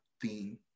theme